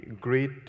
great